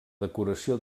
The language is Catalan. decoració